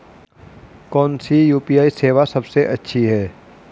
कौन सी यू.पी.आई सेवा सबसे अच्छी है?